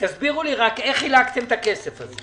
תסבירו לי רק איך חילקתם את הכסף הזה?